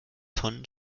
tonnen